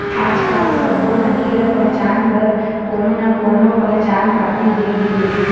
आजकाल सब्बो मनखे ल पहचान बर कोनो न कोनो पहचान पाती दे गे हे